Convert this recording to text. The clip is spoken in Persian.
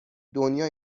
دنیا